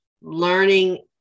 learning